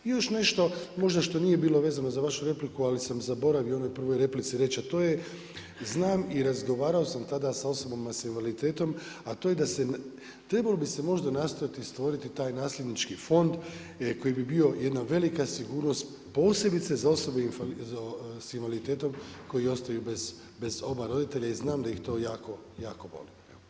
I još nešto možda što nije bilo vezano za vašu repliku, ali sam zaboravi u onoj prvoj replici reći a to je znam i razgovarao sam tada sa osobama sa invaliditetom, a to je da trebalo bi se možda nastojati stvoriti taj nasljednički fond koji bi bio jedna velika sigurnost posebice za osobe sa invaliditetom koje ostaju bez oba roditelja i znam da ih to jako boli.